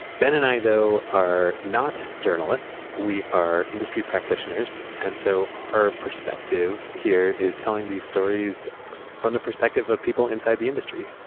ben and i are not journalists. we are industry practitioners, and so our perspective here is telling these stories from the perspective of people inside the industry.